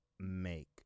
make